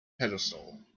pedestal